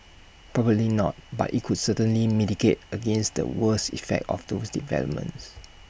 probably not but IT could certainly mitigate against the worst effects of those developments